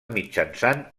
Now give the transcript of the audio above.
mitjançant